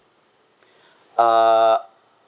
ah